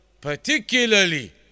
particularly